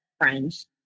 friends